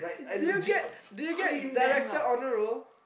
do you get do you get director honor roll